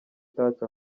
touch